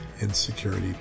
Insecurity